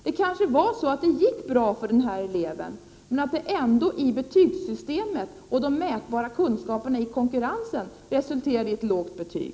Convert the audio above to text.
Det kanske gick bra för den här eleven, men betygssystemet och de mätbara kunskaperna i konkurrensen resulterade i ett lågt betyg.